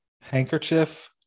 Handkerchief